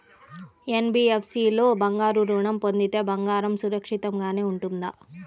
NBFC లో బంగారు ఋణం పొందితే బంగారం సురక్షితంగానే ఉంటుందా?